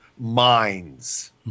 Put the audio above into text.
minds